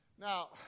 Now